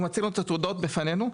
הוא מציג את התעודות בפנינו,